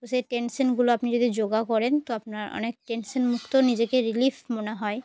তো সেই টেনশানগুলো আপনি যদি যোগা করেন তো আপনার অনেক টেনশনমুক্ত নিজেকে রিলিফ মনে হয়